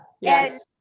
yes